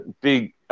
big